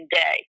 day